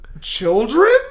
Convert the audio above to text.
children